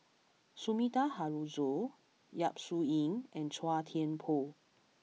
Sumida Haruzo Yap Su Yin and Chua Thian Poh